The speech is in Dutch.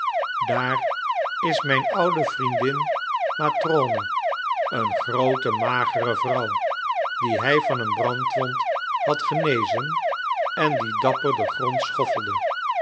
daar is mijn oude vriendin matrone een groote magere vrouw die hij van een brandwond had genezen en die dapper den grond schoffelde